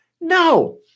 No